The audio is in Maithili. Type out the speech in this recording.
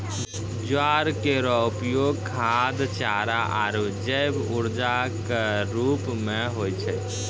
ज्वार केरो उपयोग खाद्य, चारा आरु जैव ऊर्जा क रूप म होय छै